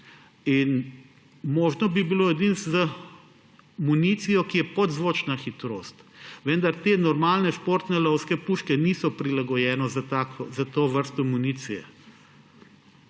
Možno bi bilo edino z municijo, ki je podzvočna hitrost, vendar te normalne športne lovske puške niso prilagojene za to vrsto municije.